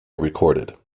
recorded